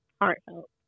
heartfelt